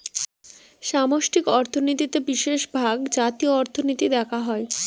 সামষ্টিক অর্থনীতিতে বিশেষভাগ জাতীয় অর্থনীতি দেখা হয়